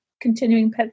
continuing